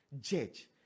judge